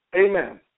Amen